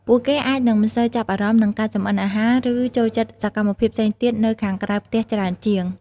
ពួកគេអាចនឹងមិនសូវចាប់អារម្មណ៍នឹងការចម្អិនអាហារ ឬចូលចិត្តសកម្មភាពផ្សេងទៀតនៅខាងក្រៅផ្ទះច្រើនជាង ។